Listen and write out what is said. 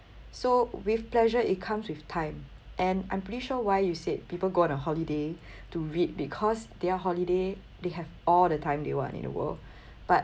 so with pleasure it comes with time and I'm pretty sure why you said people go on a holiday to read because their holiday they have all the time they want in the world but